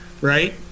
right